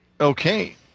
Okay